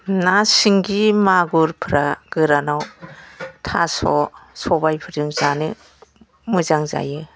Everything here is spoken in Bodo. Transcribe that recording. ना सिंगि मागुरफ्रा गोरानआव थास' सबाइफोरजों जानो मोजां जायो